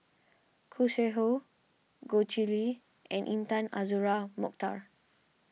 Khoo Sui Hoe Goh Chiew Lye and Intan Azura Mokhtar